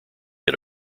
get